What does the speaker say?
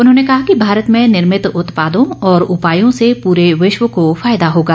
उन्होंने कहा कि भारत में निर्मित उत्पादों और उपायों से पूरे विश्वे को फायदा होगा